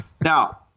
Now